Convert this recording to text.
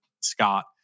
Scott